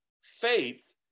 Faith